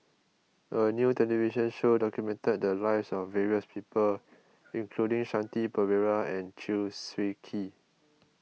a new television show documented the lives of various people including Shanti Pereira and Chew Swee Kee